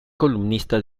columnista